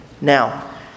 now